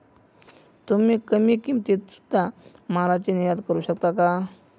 तुम्ही कमी किमतीत सुध्दा मालाची निर्यात करू शकता का